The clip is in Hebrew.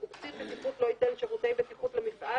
וקצין בטיחות לא ייתן שירותי בטיחות למפעל